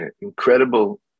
incredible